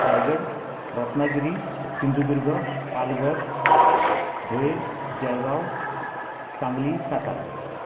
Raigad Ratnagiri Sindhudurg Palghar Dhule Jalgaon Sangli Satara